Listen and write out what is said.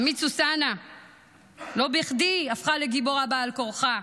עמית סוסנה לא בכדי הפכה לגיבורה בעל כורחה.